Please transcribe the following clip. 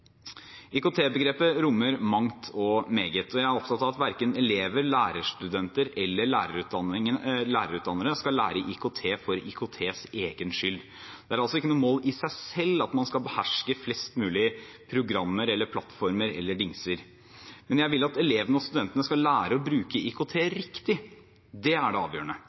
rommer mangt og meget. Jeg er opptatt av at verken elever, lærerstudenter eller lærerutdannere skal lære IKT for IKTs egen skyld. Det er ikke noe mål i seg selv at man skal beherske flest mulige dingser, programmer eller plattformer. Jeg vil at elevene og studentene skal lære å bruke IKT riktig. Det er det avgjørende.